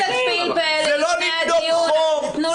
זה לא למדוד חום ------ שחרר.